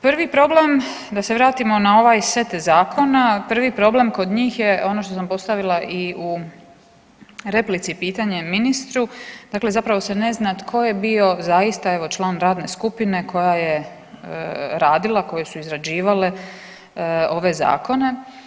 Prvi problem da se vratimo na ovaj set zakona, prvi problem kod njih je ono što sam postavila i u replici pitanje ministru, dakle zapravo se ne zna tko je bio zaista evo član radne skupine koja je radila, koje su izrađivale ove zakone.